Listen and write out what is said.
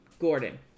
Gordon